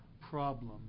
problem